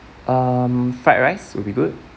um fried rice will be good